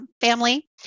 family